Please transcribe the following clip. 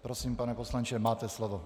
Prosím, pane poslanče, máte slovo.